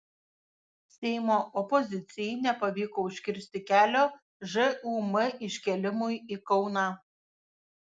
seimo opozicijai nepavyko užkirsti kelio žūm iškėlimui į kauną